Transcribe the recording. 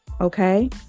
okay